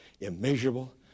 immeasurable